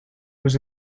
was